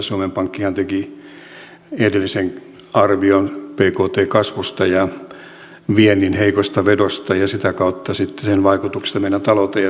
suomen pankkihan teki edellisen arvion bktn kasvusta ja viennin heikosta vedosta ja sitä kautta sitten sen vaikutuksista meidän talouteen ja työllisyyteen